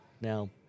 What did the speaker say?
Now